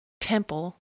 temple